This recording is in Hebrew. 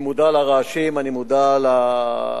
אני מודע לרעשים, אני מודע לנזק,